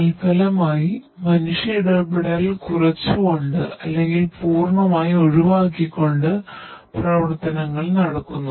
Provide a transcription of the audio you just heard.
തൽഫലമായി മനുഷ്യ ഇടപെടൽ കുറച്ചുകൊണ്ട് അല്ലെങ്കിൽ പൂര്ണമാക്കി ഒഴിവാക്കിക്കൊണ്ട് പ്രവർത്തനങ്ങൾ നടക്കുന്നു